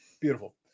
Beautiful